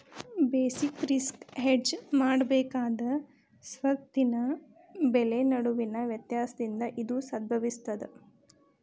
basic risk hedge ಮಾಡಬೇಕಾದ ಸ್ವತ್ತಿನ ಬೆಲೆ ನಡುವಿನ ವ್ಯತ್ಯಾಸದಿಂದ ಇದು ಉದ್ಭವಿಸ್ತದ